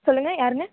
சொல்லுங்க யாருங்க